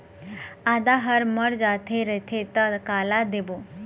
आदा हर मर जाथे रथे त काला देबो?